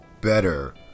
better